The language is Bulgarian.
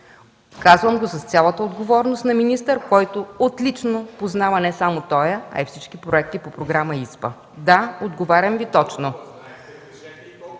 Казвам го с цялата отговорност на министър, който отлично познава не само този, а и всички проекти по Програма ИСПА. Да, отговарям Ви точно.